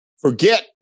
Forget